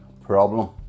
problem